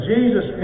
Jesus